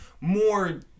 more